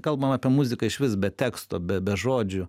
kalbam apie muziką išvis be teksto be žodžių